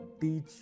teach